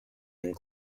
and